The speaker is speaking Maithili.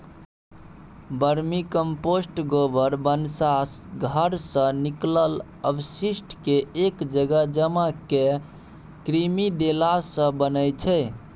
बर्मीकंपोस्ट गोबर, भनसा घरसँ निकलल अवशिष्टकेँ एक जगह जमा कए कृमि देलासँ बनै छै